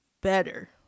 better